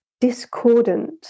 discordant